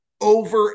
over